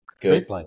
good